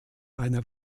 einer